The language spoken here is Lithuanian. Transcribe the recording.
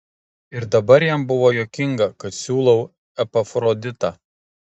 ir dabar jam buvo juokinga kad siūlau epafroditą